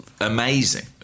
amazing